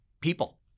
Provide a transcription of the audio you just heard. people